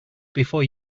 before